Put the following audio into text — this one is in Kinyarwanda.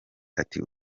ati